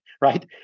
right